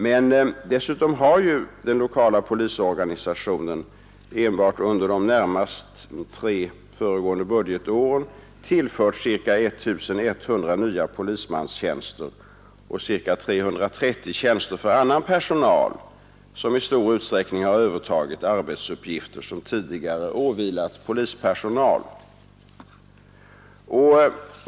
Men dessutom har den lokala polisorganisationen enbart under de tre närmast föregående budgetåren tillförts ca 1 100 nya polismanstjänster och ca 330 tjänster för annan personal som i stor utsträckning har övertagit arbetsuppgifter som tidigare åvilat polispersonal.